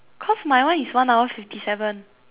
cause my one is one hour fifty seven